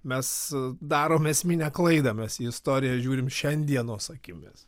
mes darome esminę klaidą mes į istoriją žiūrim šiandienos akimis